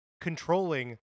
controlling